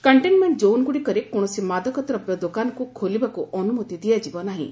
containment ଜୋନ୍ଗୁଡ଼ିକରେ କୌଣସି ମାଦକ ଦ୍ରବ୍ୟ ଦୋକାନକୁ ଖୋଲିବାକୁ ଅନୁମତି ଦିଆଯିବ ନାହିଁ